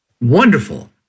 Wonderful